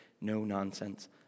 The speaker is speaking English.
no-nonsense